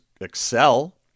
excel